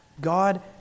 God